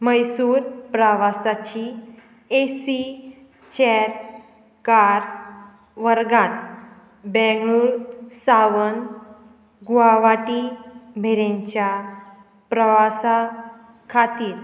मैसूर प्रवासाची A C chair car वर्गांत बेंगळूर सावन गुवाहाटी मेरेनच्या प्रवासा खातीर